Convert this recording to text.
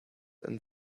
and